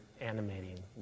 animating